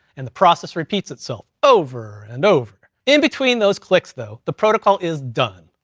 and the process repeats itself over, and over. in between those clicks though the protocol is done.